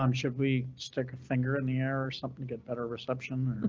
um should we stick a finger in the air or something to get better reception?